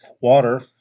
Water